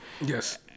yes